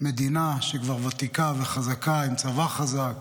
מדינה שכבר ותיקה וחזקה, עם צבא חזק,